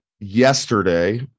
yesterday